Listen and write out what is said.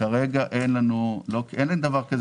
כרגע אין שם מסעדה.